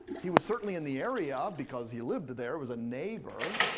he was certainly in the area because he lived there, it was a neighbor.